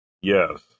Yes